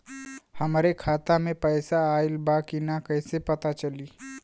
हमरे खाता में पैसा ऑइल बा कि ना कैसे पता चली?